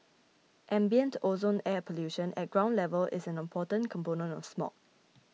ambient ozone air pollution at ground level is an important component of smog